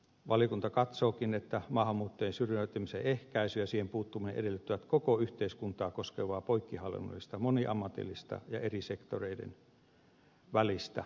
valiokunta katsookin että maahanmuuttajien syrjäytymisen ehkäisy ja siihen puuttuminen edellyttävät koko yhteiskuntaa koskevaa poikkihallinnollista moniammatillista ja eri sektoreiden välistä yhteistyötä